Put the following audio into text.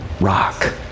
rock